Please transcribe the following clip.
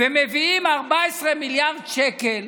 ומביאים 14 מיליארד שקל